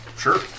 Sure